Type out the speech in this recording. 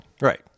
right